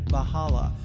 Bahala